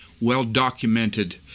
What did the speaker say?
well-documented